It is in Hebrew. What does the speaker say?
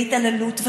והתעללות,